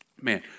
Man